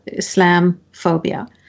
Islamophobia